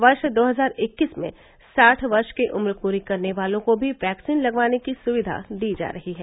वर्ष दो हजार इक्कीस में साठ वर्ष की उम्र पूरी करने वालों को भी वैक्सीन लगवाने की सुविघा दी जा रही है